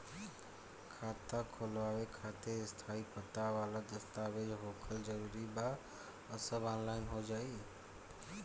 खाता खोलवावे खातिर स्थायी पता वाला दस्तावेज़ होखल जरूरी बा आ सब ऑनलाइन हो जाई?